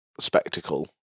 spectacle